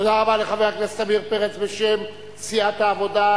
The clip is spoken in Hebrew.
תודה רבה לחבר הכנסת עמיר פרץ, בשם סיעת העבודה.